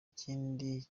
n’ikindi